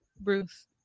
bruce